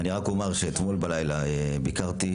אני רק אומר שאתמול בלילה ביקרתי,